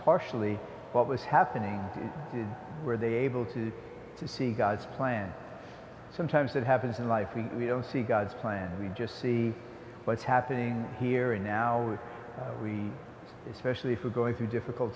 partially what was happening were they able to see god's plan sometimes that happens in life we don't see god's plan we just see what's happening here and now we especially if we're going through difficult